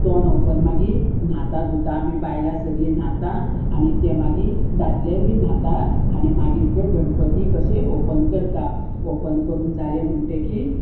तोंड ओपन मागीर न्हाता धुता आमी बायलां सगलीं न्हाता आनी ते मागीर दादले बी न्हाता आनी मागीर ते गणपतीक कशें ओपन करता ओपन करून जालें म्हणटकी